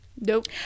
Nope